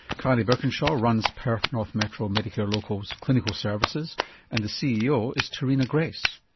kylie birkinshaw runs perth north metro medicare local's clinical services and the ceo is terina grace.